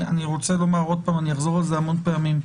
אני רוצה לומר עוד פעם ואחזור על זה המון פעמים: